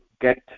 get